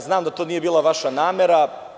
Znam da to nije bila vaša namera.